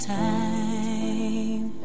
time